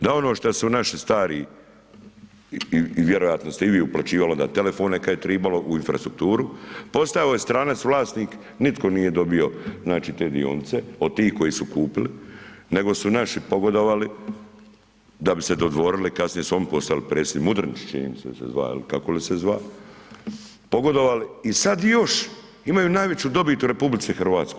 Da ono što su naši stari i vjerojatno ste i vi uplaćivali onda telefone kad je tribalo u infrastrukturu, postao je stranac vlasnik, nitko nije dobio, znači, te dionice, od tih koji su kupili, nego su naši pogodovali da bi se dodvorili, kasnije su oni postali predsjednici, Mudrinić čini mi se da se zva, jel, kako li se zva, pogodovali i sad još imaju najveću dobit u RH.